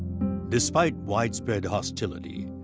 despite widespread hostility,